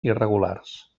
irregulars